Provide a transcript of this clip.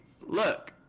Look